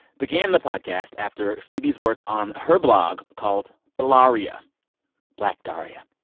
began the podcast after phoebe's work on her blog, called blaria black daria.